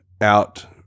out